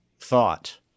thought